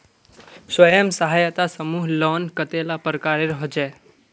स्वयं सहायता समूह लोन कतेला प्रकारेर होचे?